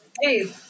hey